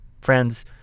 Friends